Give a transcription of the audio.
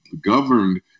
governed